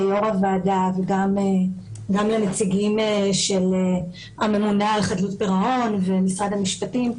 ליו"ר הוועדה וגם לנציגים של הממונה על חדלות פירעון ומשרד המשפטים,